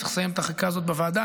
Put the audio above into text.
צריך לסיים את החקיקה הזאת בוועדה,